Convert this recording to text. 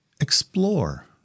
explore